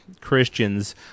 Christians